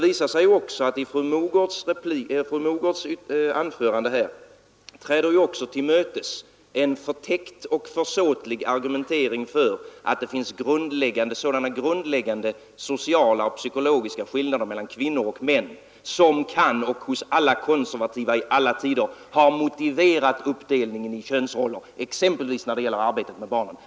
I fru Mogårds anförande träder också till mötes en förtäckt och försåtlig argumentering för att det finns sådana grundläggande sociala och psykologiska skillnader mellan kvinnor och män som kan motivera, och hos alla konservativa i alla tider har motiverat, uppdelningen i könsroller exempelvis när det gäller arbetet med barnen.